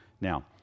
Now